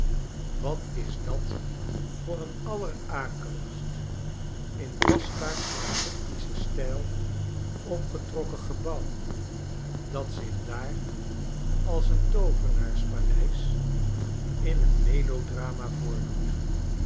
wat is dat voor n allerakeligst in bastaard egyptischen stijl opgetrokken gebouw dat zich daar als een toovenaarspaleis in een melodrama